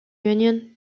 union